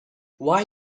why